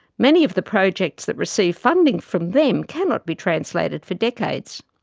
many of the projects that receive funding from them cannot be translated for decades.